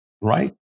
right